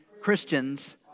Christians